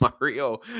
Mario